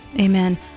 Amen